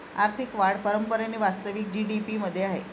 आर्थिक वाढ परंपरेने वास्तविक जी.डी.पी मध्ये आहे